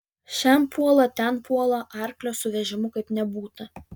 šen puola ten puola arklio su vežimu kaip nebūta